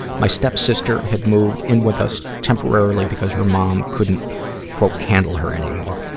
my stepsister had moved in with us temporarily because her mom couldn't handle her anymore.